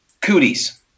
cooties